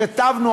שכתבנו,